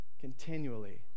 Continually